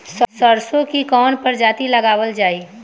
सरसो की कवन प्रजाति लगावल जाई?